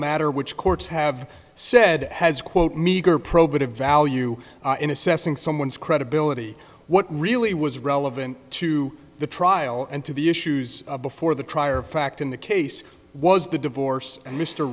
matter which courts have said has quote meager probative value in assessing someone's credibility what really was relevant to the trial and to the issues before the trial or fact in the case was the divorce and mr